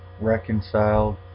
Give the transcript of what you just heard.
reconciled